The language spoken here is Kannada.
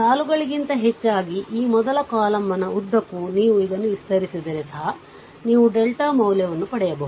ಸಾಲುಗಳಿಗಿಂತ ಹೆಚ್ಚಾಗಿ ಈ ಮೊದಲ ಕಾಲಮ್ನ ಉದ್ದಕ್ಕೂ ನೀವು ಇದನ್ನು ವಿಸ್ತರಿಸಿದರೆ ಸಹ ನೀವು ಡೆಲ್ಟಾಮೌಲ್ಯವನ್ನು ಪಡೆಬಹುದು